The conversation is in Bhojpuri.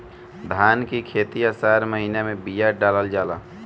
धान की खेती आसार के महीना में बिया डालल जाला?